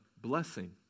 blessing